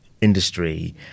industry